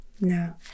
now